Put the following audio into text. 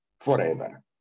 forever